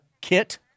kit